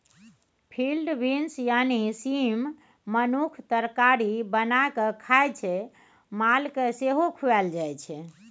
field beans यानी सीम मनुख तरकारी बना कए खाइ छै मालकेँ सेहो खुआएल जाइ छै